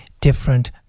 different